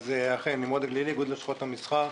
אכן, נמרוד הגלילי, איגוד לשכות המסחר.